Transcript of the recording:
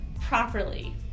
properly